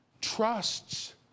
trusts